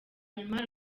nyuma